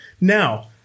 Now